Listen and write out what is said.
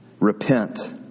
Repent